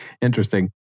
Interesting